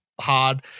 hard